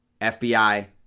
FBI